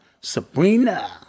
Sabrina